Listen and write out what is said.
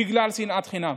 בגלל שנאת חינם.